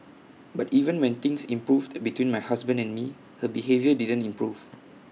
but even when things improved between my husband and me her behaviour didn't improve